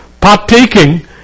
partaking